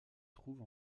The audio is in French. trouve